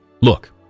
Look